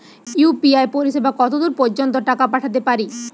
UPI পরিসেবা কতদূর পর্জন্ত টাকা পাঠাতে পারি?